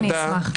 אני אשמח.